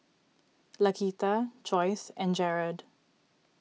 Laquita Joyce and Jarad